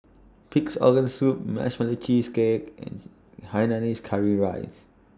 Pig'S Organ Soup Marshmallow Cheesecake and Hainanese Curry Rice